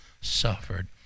suffered